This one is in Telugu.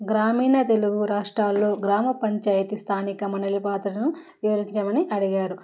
గ్రామీణ తెలుగు రాష్ట్రాలలో గ్రామ పంచాయితీ స్థానిక మండల పాత్రను వివరించమని అడిగారు